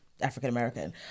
African-American